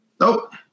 Nope